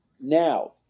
Now